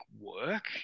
work